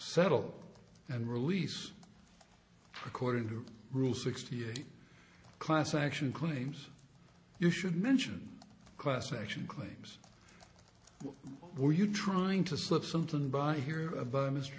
settle and release according to rule sixty eight class action claims you should mention class action claims were you trying to slip something by here about mr